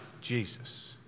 Jesus